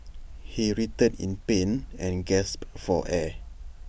he writhed in pain and gasped for air